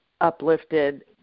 uplifted